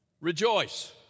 rejoice